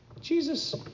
Jesus